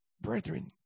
Brethren